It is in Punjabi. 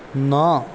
ਨਾ